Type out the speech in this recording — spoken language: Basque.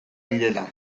direla